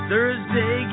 Thursday